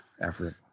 effort